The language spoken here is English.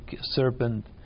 serpent